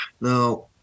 Now